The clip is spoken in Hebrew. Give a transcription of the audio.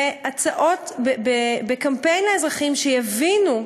בהצעות, בקמפיין לאזרחים, שיבינו,